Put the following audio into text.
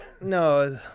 No